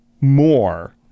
more